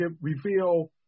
reveal –